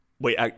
Wait